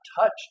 touched